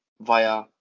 via